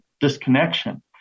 disconnection